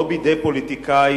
לא בידי פוליטיקאי,